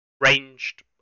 ranged